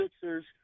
Sixers